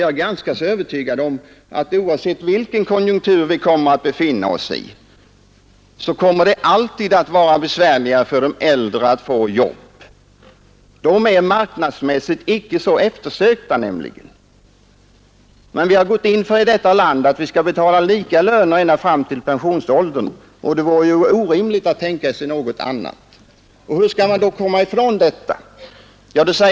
Jag är ganska övertygad om att oavsett i vilken konjunktur vi befinner oss så kommer det alltid att vara besvärligare för de äldre att få jobb. De är nämligen arbetsmarknadsmässigt icke så eftersökta. Vi har emellertid i detta land gått in för att betala lika löner ända fram till pensionsåldern, och det vore ju orimligt att tänka sig något annat. Hur skall man då komma till rätta med denna problematiken?